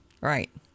Right